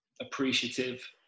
appreciative